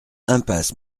impasse